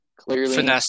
clearly